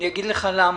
אגיד לך למה.